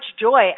joy